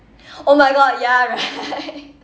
oh my god ya right